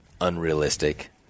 unrealistic